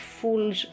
full